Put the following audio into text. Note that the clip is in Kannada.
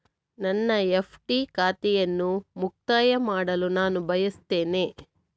ನನ್ನ ಎಫ್.ಡಿ ಖಾತೆಯನ್ನು ಮುಕ್ತಾಯ ಮಾಡಲು ನಾನು ಬಯಸ್ತೆನೆ